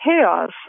chaos